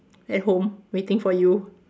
at home waiting for you